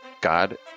God